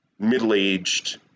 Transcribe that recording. middle-aged